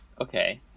Okay